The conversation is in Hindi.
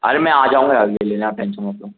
अरे मैं आ जाऊँगा यार ये लेने आप टेंशन मत लो